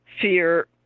fear